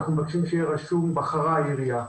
אנו מבקשים שיהיה רשום: העירייה בחרה.